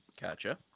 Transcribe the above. Gotcha